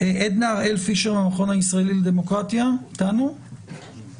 עדנה הראל פישר מהמכון הישראלי לדמוקרטיה, בבקשה.